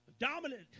Dominant